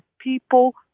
people